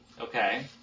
okay